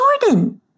Jordan